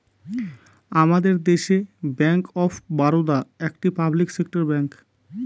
আমাদের দেশে bank of Baroda একটি পাবলিক সেক্টর ব্যাঙ্ক